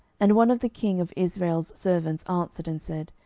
and one of the king of israel's servants answered and said,